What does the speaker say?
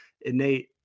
innate